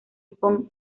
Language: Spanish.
upon